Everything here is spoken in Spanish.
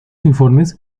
informes